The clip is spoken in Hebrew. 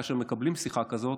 כאשר מקבלים שיחה כזאת,